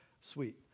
Sweet